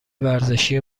ورزشی